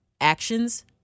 Actions